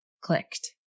clicked